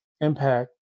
impact